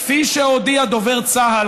כפי שהודיע דובר צה"ל,